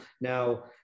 now